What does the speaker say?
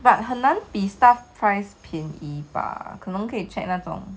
but 很难比 staff price 便宜 bah 可能可以 check 那种